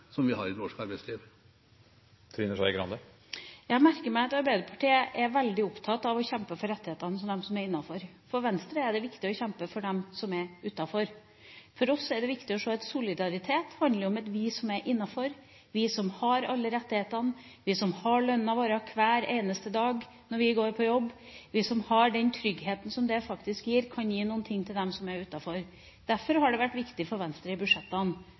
vi har i norsk arbeidsliv? Jeg merker meg at Arbeiderpartiet er veldig opptatt av å kjempe for rettighetene til dem som er innenfor. For Venstre er det viktig å kjempe for dem som er utenfor. For oss er det viktig å se at solidaritet handler om at vi som er innenfor – vi som har alle rettighetene, vi som har lønnen vår hver eneste dag når vi går på jobb, vi som har den tryggheten som det faktisk gir – kan gi noe til dem som er utenfor. Derfor har det vært viktig for Venstre i budsjettene